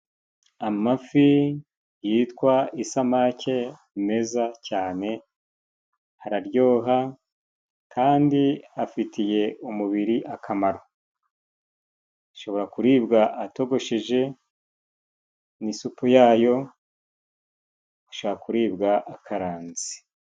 Amafi yitwa isamake ni meza cyane. Araryoha kandi afitiye umubiri akamaro . Ashobora kuribwa atogosheje mu isupu yayo, ashobora kuribwa akaranze.